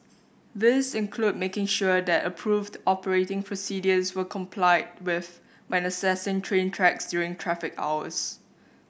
these include making sure that approved operating procedures were complied with when accessing train tracks during traffic hours